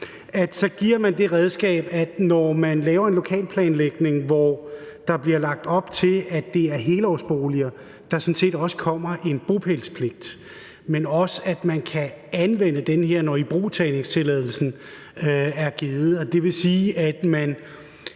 Så giver vi det redskab, at når man laver en lokalplanlægning, hvor der bliver lagt op til, at det er helårsboliger, så kommer der sådan set også en bopælspligt. Men det er også sådan, at man kan anvende det her, når ibrugtagningstilladelsen er givet. Det vil sige, at vi